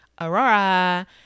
Aurora